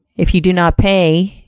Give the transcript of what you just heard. if you do not pay,